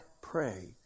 pray